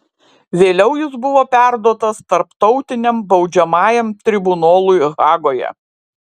vėliau jis buvo perduotas tarptautiniam baudžiamajam tribunolui hagoje